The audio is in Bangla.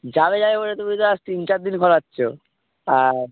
যাবে যাবে বলে তো তুমি তো আজ তিন চার দিন ঘোরাচ্ছ আর